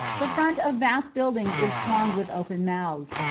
the front of vast buildings is thronged with open mouths,